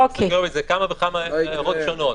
זה כמה וכמה הערות שונות.